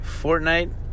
Fortnite